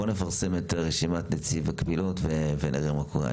בוא נפרסם את רשימת נציב הקבילות ונראה מה קורה.